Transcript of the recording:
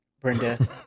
Brenda